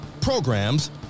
programs